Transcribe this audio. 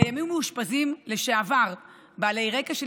קיימים מאושפזים לשעבר בעלי רקע של